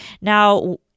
Now